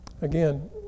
again